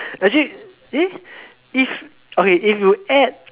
actually eh if okay if you add